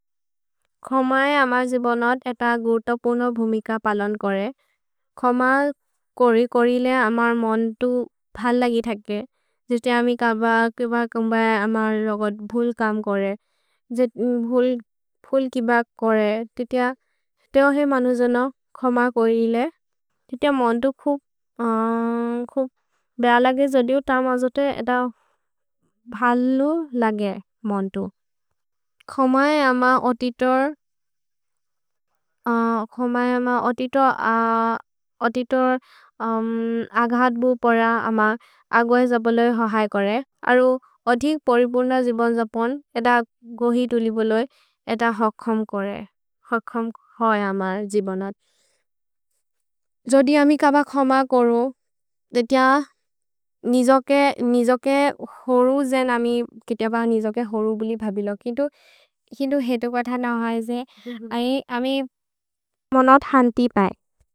खमए अमर् जिबोनत् एत गोतो पुनो भुमिक पलोन् कोरे। खम कोरि कोरि इले अमर् मोन्तु भल् लगि थके। जे ते अमि कबक् एब केम्ब एब अमर् रोगत् भुल् कम् कोरे। जे भुल् किबक् कोरे। ते अहे मनु जोनो खम कोरि इले। ते ते मोन्तु खुब् बेह लगे। जोदिउ त मजोते एत भलो लगे मोन्तु। खमए अम अतित खमए अम अतित अतित अघत् बु पर अम अघए ज बोले हो है कोरे। अरु अतिक् परिबुन्द जिबोन् ज पोन् एत गोहि तुलि बोले एत हखम् कोरे। हखम् होइ अमर् जिबोनत्। जोदिउ अमि कबक् खम कोरो। जे ते निजोके निजोके होरु जोदिउ जेन् अमि कितब निजोके होरु बोले भबिलो। कितु हेतु कथ न होइ जे अमि मोनोत् हन्ति पये।